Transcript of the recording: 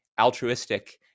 altruistic